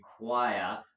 require